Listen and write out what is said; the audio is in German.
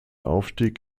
aufstieg